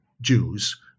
Jews